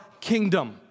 kingdom